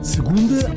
Segunda